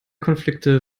konflikte